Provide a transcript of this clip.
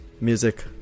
music